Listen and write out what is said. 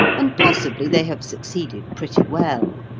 and possibly they have succeeded pretty well.